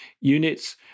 units